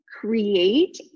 create